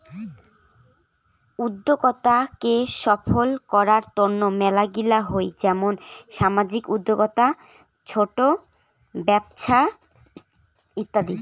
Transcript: উদ্যোক্তা কে সফল করার তন্ন মেলাগিলা হই যেমন সামাজিক উদ্যোক্তা, ছোট ব্যপছা ইত্যাদি